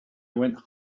went